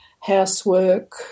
housework